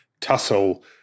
tussle